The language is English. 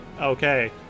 Okay